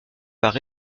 par